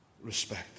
respect